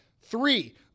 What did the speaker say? Three